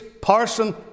parson